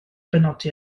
benodi